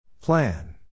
Plan